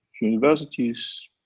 universities